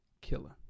killer